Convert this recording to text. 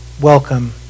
welcome